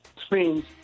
screens